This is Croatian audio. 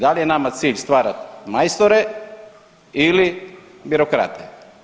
Da li je nama cilj stvarat majstore ili birokrate?